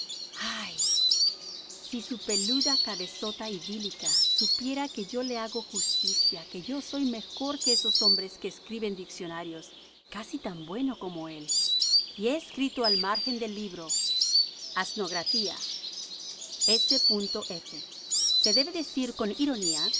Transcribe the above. ay si su peluda cabezota idílica supiera que yo le hago justicia que yo soy mejor que esos hombres que escriben diccionarios casi tan bueno como él y he escrito al margen del libro i asnografía s f se debe decir con ironía